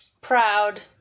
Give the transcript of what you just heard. Proud